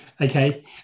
Okay